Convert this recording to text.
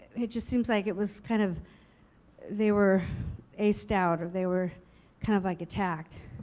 it just seems like it was kind of they were aced out or they were kind of like attacked.